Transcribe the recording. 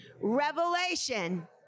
revelation